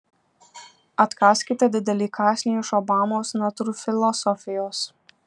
atkąskite didelį kąsnį iš obamos natūrfilosofijos